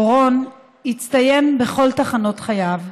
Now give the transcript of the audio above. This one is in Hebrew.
אורון הצטיין בכל תחנות חייו,